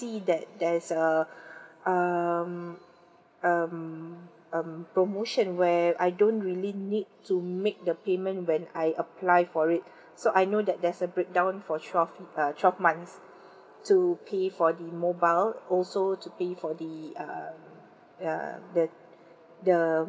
see that there's err um um um promotion where I don't really need to make the payment when I apply for it so I know that there's a breakdown for twelve uh twelve months to pay for the mobile also to pay for the uh uh the the